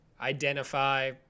identify